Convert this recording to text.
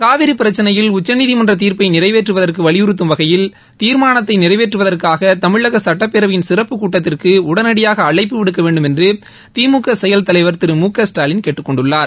காவிரி பிரச்சினையில் உச்சநீதிமன்ற தீர்ப்பை நிறைவேற்றுவதற்கு வலியுறுத்தும் வகையில் தீர்மானத்தை நிறைவேற்றுவதற்காக தமிழக சட்டப்பேரவையின் சிறப்பு கூட்டத்திற்கு உடனடியாக அழைப்பு விடுக்க வேண்டும் என்று திமுக செயல் தலைவர் திரு மு க ஸ்டாலின் கேட்டுக் கொண்டுள்ளார்